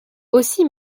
aussi